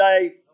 today